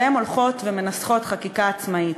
והן הולכות ומנסחות חקיקה עצמאית.